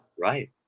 Right